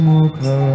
Mukha